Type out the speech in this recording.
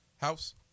house